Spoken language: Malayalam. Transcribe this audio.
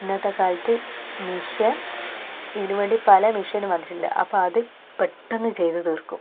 ഇന്നത്തെ കാലത്ത് മെഷ്യ ഇതിനുവേണ്ടി പല മെഷീനും വന്നിട്ടുണ്ട് അപ്പം അത് പെട്ടെന്ന് ചെയ്തു തീർക്കും